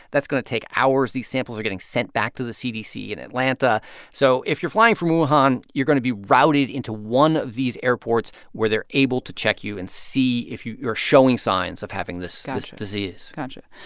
that's going to take hours. these samples are getting sent back to the cdc in atlanta so if you're flying from wuhan, you're going to be routed into one of these airports where they're able to check you and see if you're showing signs of having this disease gotcha,